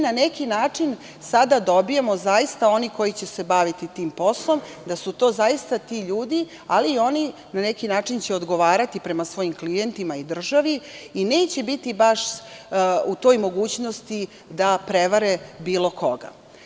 Na neki način sada dobijamo da oni koji će se zaista baviti tim poslom da su to ti ljudi, ali će na neki način odgovarati prema svojim klijentima i državi i neće biti baš u toj mogućnosti da prevare bilo koga.